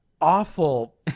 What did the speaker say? awful